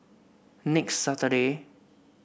next Saturday